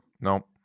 No